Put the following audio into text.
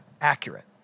accurate